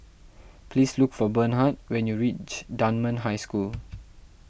please look for Bernhard when you reach Dunman High School